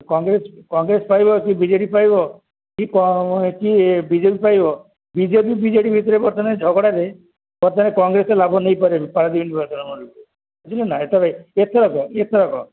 କଂଗ୍ରେସ କଂଗ୍ରେସ ପାଇବ କି ବିଜେଡ଼ି ପାଇବ କି ବିଜେପି ପାଇବ ବିଜେପି ବିଜେଡ଼ି ଭିତରେ ବର୍ତ୍ତମାନ ଝଗଡ଼ାରେ ବର୍ତ୍ତମାନ କଂଗ୍ରେସେ ଲାଭ ନେଇପାରେ ପାଇବ ବୁଝିଲେ ନା ଏଇଥରକ ଏଇଥରକ